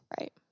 Right